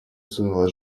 сунула